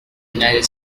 united